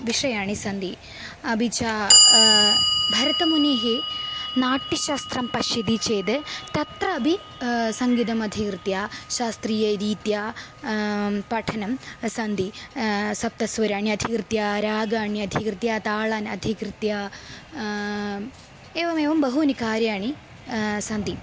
विषयाः सन्ति अपि च भरतमुनिः नाट्यशास्त्रं पश्यति चेद् तत्रापि सङ्गीतम् अधिकृत्य शास्त्रीयरीत्या पठनं सन्ति सप्तस्वराणि अधिकृत्य रागाः अधिकृत्य तालान् अधिकृत्य एवमेवं बहूनि कार्याणि सन्ति